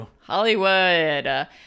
Hollywood